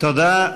תודה.